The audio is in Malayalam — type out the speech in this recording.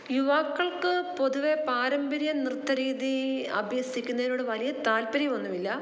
യുവാക്കൾക്ക് പൊതുവെ പാരമ്പര്യ നൃത്തരീതീ അഭ്യസിക്കുന്നതിനോട് വലിയ താല്പര്യമൊന്നും ഇല്ല